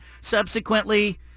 subsequently